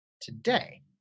today